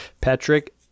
Patrick